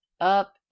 up